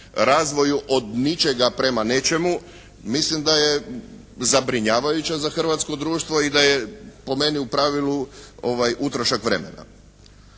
razvoju od ničega prema nečemu, mislim da je zabrinjavajuća za hrvatsko društvo. I da je po meni u pravilu utrošak vremena.